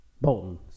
Bolton